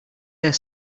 their